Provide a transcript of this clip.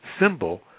symbol